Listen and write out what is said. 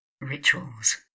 RITUALS